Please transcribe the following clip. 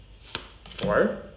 four